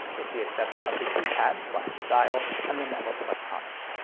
with the exception of the keypad dial and the network electronics.